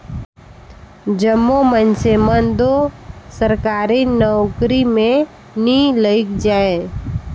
जम्मो मइनसे मन दो सरकारी नउकरी में नी लइग जाएं